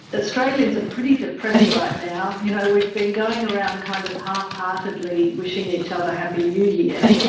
australians are pretty depressed right now. you know, we've been going around kind of halfheartedly wishing each other happy new year.